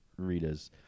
Ritas